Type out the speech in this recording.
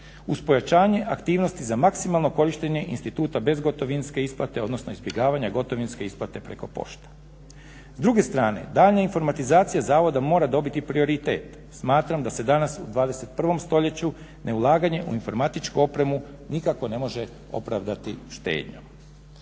pojačanje aktivnosti za maksimalno korištenje instituta bezgotovinske isplate, odnosno izbjegavanja gotovinske isplate preko pošte. S druge strane, daljnja informatizacija zavoda mora dobiti prioritet. Smatram da se danas u 21. stoljeću neulaganje u informatičku opremu nikako ne može opravdati štednjom.